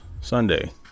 Sunday